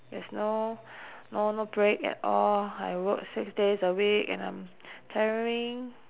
there's no no no break at all I work six days a week and I'm tiring